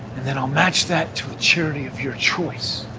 and then i'll match that to a charity of your choice